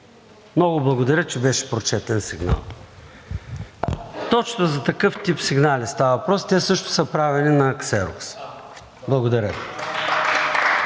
Много благодаря, че беше прочетен сигналът. Точно за такъв тип сигнали става въпрос, те също са правени на ксерокс. Благодаря